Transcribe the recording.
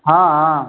हाँ हाँ